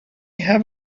have